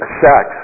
sex